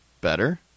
Better